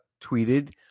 tweeted